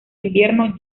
invierno